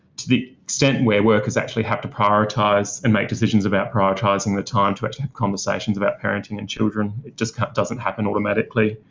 to the extent where workers have to prioritise and make decisions about prioritising the time to actually have conversations about parenting and children it just kind of doesn't happen automatically.